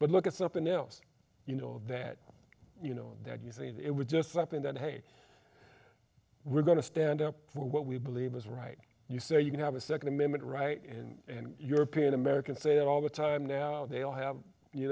but look at something else you know that you know that you think it would just happen that hey we're going to stand up for what we believe is right you say you can have a second amendment right and european americans say that all the time now they all have you